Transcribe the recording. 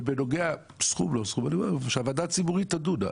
ובנוגע לסכום, אני אומר שהוועדה ציבורית תדון.